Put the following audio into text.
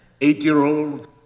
Eight-year-old